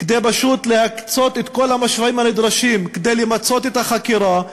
כדי להקצות את כל המשאבים הנדרשים כדי למצות את החקירה,